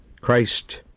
Christ